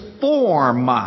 form